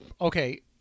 okay